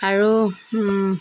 আৰু